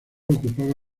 ocupaba